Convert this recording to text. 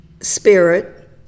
spirit